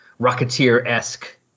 rocketeer-esque